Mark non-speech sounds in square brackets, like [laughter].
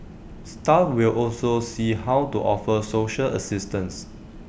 staff will also see how to offer social assistance [noise]